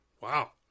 Wow